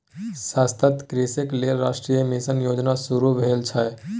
सतत कृषिक लेल राष्ट्रीय मिशन योजना शुरू भेल छै